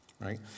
right